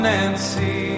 Nancy